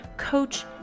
Coach